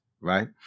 right